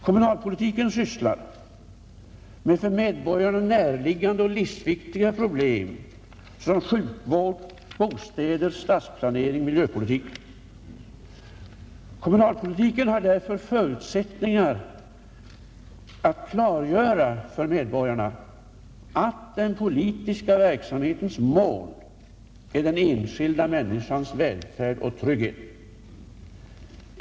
Kommunalpolitiken sysslar med för medborgarna näraliggande och livsviktiga problem såsom sjukvård, bostäder, stadsplanering och miljöpolitik. Kommunalpolitiken har därför förutsättningar att klargöra för medborgarna att den politiska verksam hetens mål är den enskilda människans välfärd och trygghet.